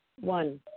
One